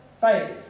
faith